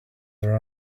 their